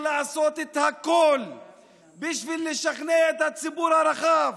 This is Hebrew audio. לעשות את הכול בשביל לשכנע את הציבור הרחב